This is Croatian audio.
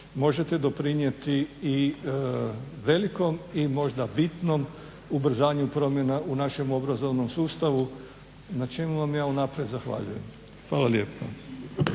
možete doprinijeti i velikom i možda bitnom ubrzanju promjena u našem obrazovnom sustavu na čemu vam ja unaprijed zahvaljujem. Hvala lijepa.